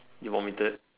you vomited